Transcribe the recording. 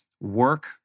work